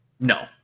No